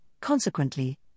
Consequently